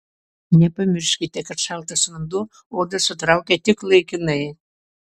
nepamirškite kad šaltas vanduo odą sutraukia tik laikinai